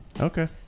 Okay